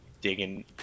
digging